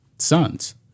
sons